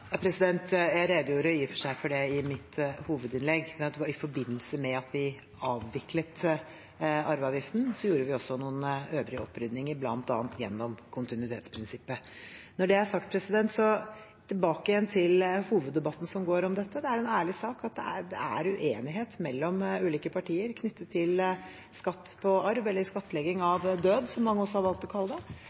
Jeg redegjorde i og for seg for det i mitt hovedinnlegg, at vi i forbindelse med at vi avviklet arveavgiften også gjorde noen øvrige opprydninger, bl.a. gjennom kontinuitetsprinsippet. Når det er sagt, og tilbake til hoveddebatten som går om dette: Det er en ærlig sak at det er uenighet mellom ulike partier knyttet til skatt på arv – eller skattlegging av død, som mange også har valgt å kalle det.